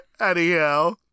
Anyhow